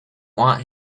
want